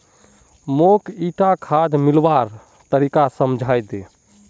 मौक ईटा खाद मिलव्वार तरीका समझाइ दे